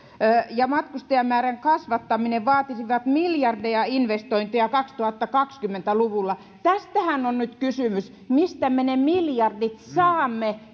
ja matkustajamäärän kasvattaminen vaatisivat miljardi investointeja kaksituhattakaksikymmentä luvulla tästähän on nyt kysymys mistä me ne miljardit saamme